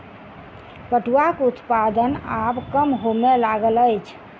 पटुआक उत्पादन आब कम होमय लागल अछि